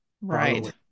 right